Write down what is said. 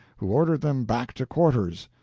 who ordered them back to quarters.